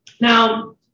Now